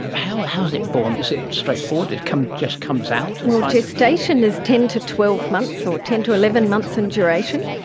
ah how how is it born? is it straightforward, it just comes out? well, gestation is ten to twelve months or ten to eleven months in duration.